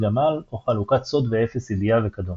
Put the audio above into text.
אל-גמאל או חלוקת סוד ואפס ידיעה וכדומה.